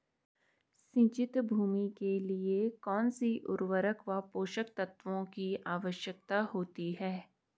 सिंचित भूमि के लिए कौन सी उर्वरक व पोषक तत्वों की आवश्यकता होती है?